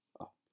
up